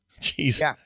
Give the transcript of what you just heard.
Jesus